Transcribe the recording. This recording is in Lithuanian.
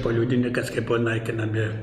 o liudinikas kaip buvo naikinami